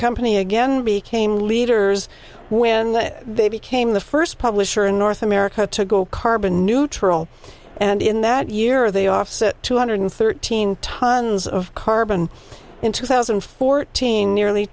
company again became leaders when they became the first publisher in north america to go carbon neutral and in that year they offset two hundred thirteen tonnes of carbon in two thousand and fourteen nearly